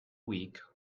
weak